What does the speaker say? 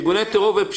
הסיפור של ארגוני פשיעה,